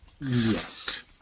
Yes